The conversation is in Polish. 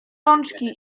rączki